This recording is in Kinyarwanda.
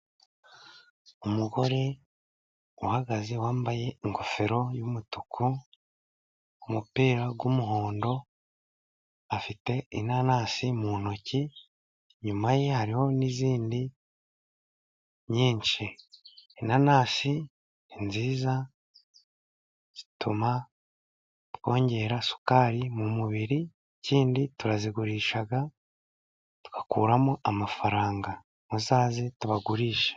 Umugore uhagaze wambaye ingofero y'umutuku, umupira w'umuhondo' afite inanasi mu ntoki' inyuma ye hari n'izindi nyinshi. Inanasi ni nziza, zituma twongera isukari mu mubiri, ikindi turazigurisha tugakuramo amafaranga, muzaze tubagurishe.